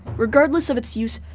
regardless of its use,